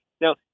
Now